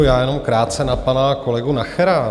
Já jenom krátce na pana kolegu Nachera.